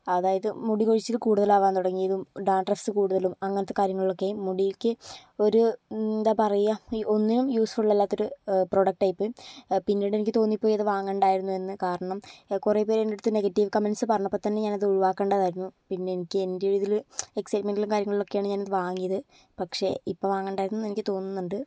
അതായത് മുടി കൊഴിച്ചിൽ കൂടുതലാവാൻ തുടങ്ങിയതും ഡാൻഡ്രഫ്സ് കൂടുതലും അങ്ങനത്തെ കാര്യങ്ങളൊക്കെ മുടിയിക്ക് ഒരു എന്താ പറയുക ഈ ഒന്നിനും യൂസ്ഫുൾ അല്ലാത്ത ഒരു പ്രോഡക്റ്റ് ആയിപ്പോയി പിന്നീട് എനിക്ക് തോന്നിപ്പോയി അത് വാങ്ങണ്ടായിരുന്നു എന്ന് കാരണം കുറെ പേര് എൻ്റെ അടുത്ത് നെഗറ്റീവ് കമൻ്റസ് പറഞ്ഞപ്പോൾ തന്നെ ഞാനത് ഒഴിവാക്കേണ്ടതായിരുന്നു പിന്നെ എനിക്ക് എൻ്റെ ഒരു ഇതില് എക്സൈറ്റ്മെന്റിലും കാര്യങ്ങളിലൊക്കെയാണ് ഞാൻ അത് വാങ്ങിയത് പക്ഷേ ഇപ്പോൾ വാങ്ങണ്ടായിരുന്നു എന്ന് എനിക്ക് തോന്നുന്നുണ്ട്